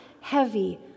heavy